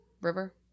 River